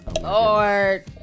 Lord